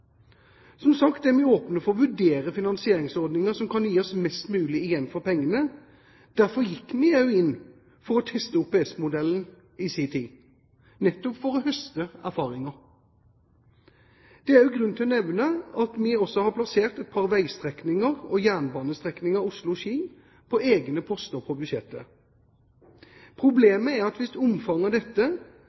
Som sagt er vi åpne for å vurdere finansieringsordninger som kan gi oss mest mulig igjen for pengene. Derfor gikk vi også inn for å teste OPS-modellen i sin tid, nettopp for å høste erfaringer. Det er også grunn til å nevne at vi også har plassert et par veistrekninger og jernbanestrekningen Oslo–Ski på egne poster på budsjettet. Problemet er at hvis omfanget